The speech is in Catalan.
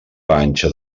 panxa